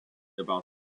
about